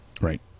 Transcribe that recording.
Right